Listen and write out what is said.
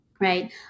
right